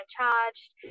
charged